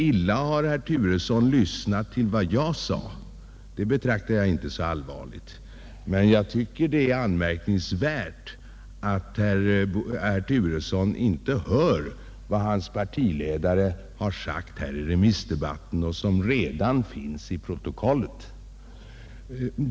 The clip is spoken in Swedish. Illa har herr Turesson lyssnat till vad jag sagt, men det betraktar jag inte som så allvarligt. Däremot tycker jag att det är anmärkningsvärt att herr Turesson inte har hört vad hans partiledare har sagt här under remissdebatten. Det finns redan i protokollet.